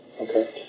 Okay